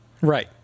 Right